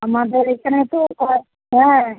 আমাদের এখানে তো কর হ্যাঁ